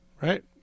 right